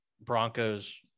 Broncos